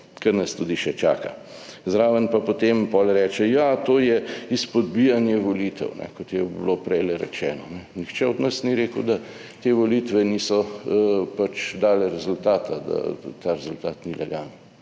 kar nas tudi še čaka. Zraven pa, potem pol reče, ja, to je izpodbijanje volitev, kot je bilo prej rečeno. Nihče od nas ni rekel, da te volitve niso pač dale rezultata, da ta rezultat ni legalen,